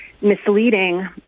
misleading